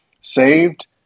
saved